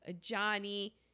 Johnny